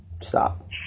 Stop